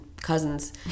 cousins